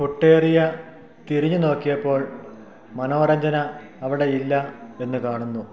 ഫുട്ടേറിയ തിരിഞ്ഞു നോക്കിയപ്പോൾ മനോരഞ്ജന അവിടെ ഇല്ല എന്നു കാണുന്നു